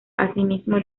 asimismo